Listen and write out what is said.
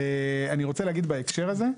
אני רוצה להגיד בהקשר הזה,